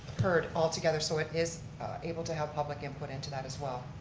heard altogether so it is able to have public input into that as well.